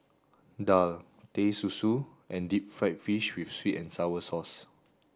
Daal Teh Susu and deep fried fish with sweet and sour sauce